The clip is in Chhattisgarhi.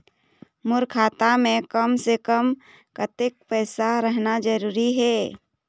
मोर खाता मे कम से से कम कतेक पैसा रहना जरूरी हे?